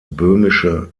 böhmische